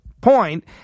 point